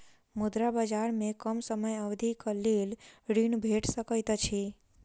मुद्रा बजार में कम समय अवधिक लेल ऋण भेट सकैत अछि